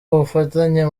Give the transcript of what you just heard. ubufatanye